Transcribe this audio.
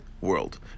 world